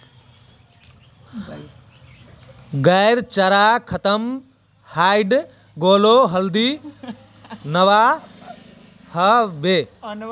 गाइर चारा खत्म हइ गेले जल्दी अनवा ह बे